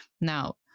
Now